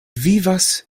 vivas